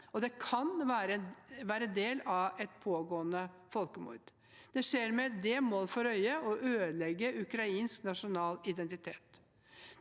det kan være del av et pågående folkemord. Det skjer med det mål for øye å ødelegge ukrainsk nasjonal identitet.